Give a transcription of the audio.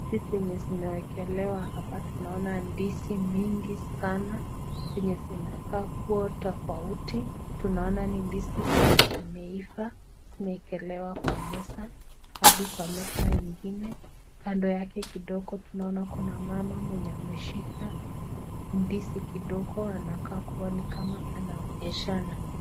Hizi zenye zimewakelewa hapa tunaona ndizi mingi sana zenye zinakaa kuwa tofauti. Tunaona ni ndizi zenye zimeiva, zimekelewa kwa meza hadi kwa meza ingine. Kando yake kidogo tunaona kuna mama mwenye ameshika ndizi kidogo anakaa kuwa ni kama anaonyeshana.